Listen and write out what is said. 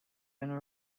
been